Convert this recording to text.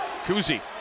Kuzi